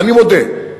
אני מודה.